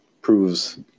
proves